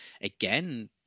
again